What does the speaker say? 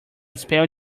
spell